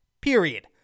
Period